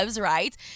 right